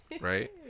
right